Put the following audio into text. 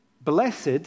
Blessed